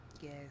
Yes